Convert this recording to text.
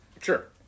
Sure